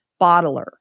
bottler